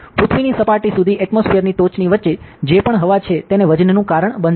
પૃથ્વીની સપાટી સુધી એટમોસ્ફિઅરની ટોચની વચ્ચે જે પણ હવા છે તે વજનનું કારણ બનશે